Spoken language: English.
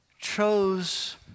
chose